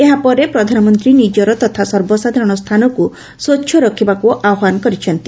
ଏହାପରେ ପ୍ରଧାନମନ୍ତୀ ନିଜର ତଥା ସର୍ବସାଧାରଣ ସ୍ଚାନକୁ ସ୍ବ୍ଛ ରଖ୍ବାକୁ ଆହ୍ବାନ କରିଛନ୍ତି